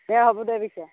দে হ'ব দে পিছে